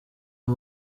uyu